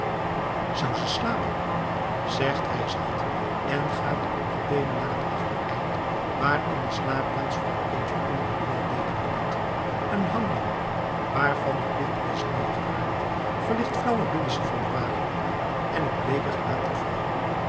zou ze slapen zegt hij zacht en gaat op de teenen naar het achtereind waar in de slaapplaats vrouw keetje onder een wollen deken ligt een hanglamp waarvan de pit is neergedraaid verlicht flauw het binnenste van den wagen en het bleeke gelaat der vrouw